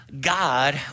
God